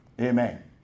Amen